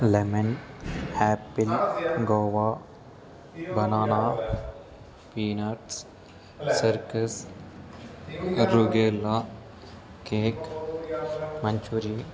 lemon apple guava banana peanuts citrus రుగేలా cake manchurian